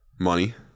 Money